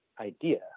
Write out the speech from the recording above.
idea